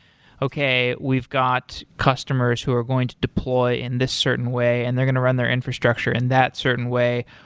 okay, we've got customers who are going to deploy in this certain way and they're going to run their infrastructure in that certain way.